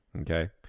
Okay